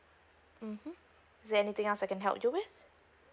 mmhmm is there anything else I can help you with